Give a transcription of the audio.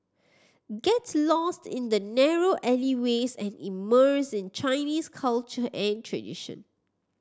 get lost in the narrow alleyways and immerse in Chinese culture and tradition